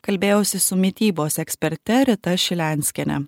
kalbėjausi su mitybos eksperte rita šilenskiene